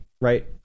Right